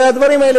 והדברים האלה,